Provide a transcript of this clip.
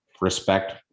respect